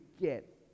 get